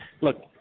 look